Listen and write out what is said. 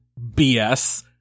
BS